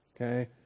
Okay